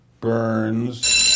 Burns